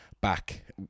back